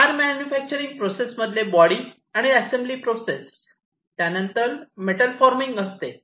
car manufacturing process मधले body आणि assembly process त्यानंतर मेटल फॉमींग असते